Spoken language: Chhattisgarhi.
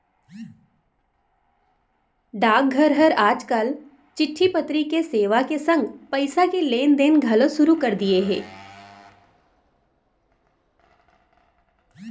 डाकघर हर आज काल चिट्टी पतरी के सेवा के संग पइसा के लेन देन घलौ सुरू कर दिये हे